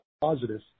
positive